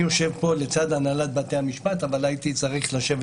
אני יושב פה לצד הנהלת בתי המשפט אבל הייתי צריך לשבת